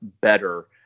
better